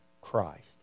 Christ